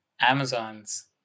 Amazon's